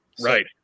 Right